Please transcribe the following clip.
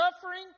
suffering